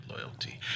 loyalty